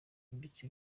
byimbitse